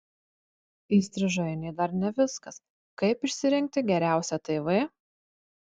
įstrižainė dar ne viskas kaip išsirinkti geriausią tv